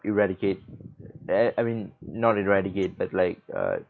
eradicate eh I mean not eradicate but like uh